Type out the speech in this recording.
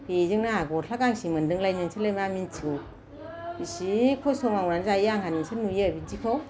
बेजोंनो आंहा गस्ला गांसे मोनदोंलाय नोंसोरलाय मा मिन्थिगौ बिसि खस्थ' मावनानै जायो आंहा नोंसोर नुयो बिदिखौ